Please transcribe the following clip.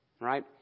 Right